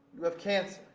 you have cancer.